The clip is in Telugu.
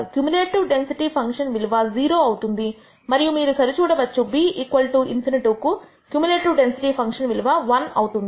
క్యుములేటివ్ డెన్సిటీ ఫంక్షన్ విలువ 0 అవుతుంది మరియు మీరు సరి చూడవచ్చు b ∞ కు క్యుములేటివ్ డెన్సిటీ ఫంక్షన్ విలువ ఒకటి అవుతుంది